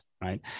Right